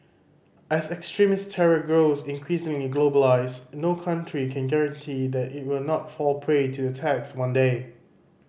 as extremist terror grows increasingly globalised no country can guarantee that it will not fall prey to attacks one day